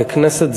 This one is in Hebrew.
ככנסת,